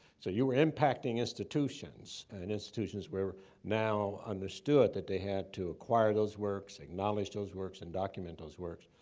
so you were impacting institutions and institutions were now understood, that they had to acquire those works, acknowledge those works and document those works.